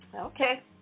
Okay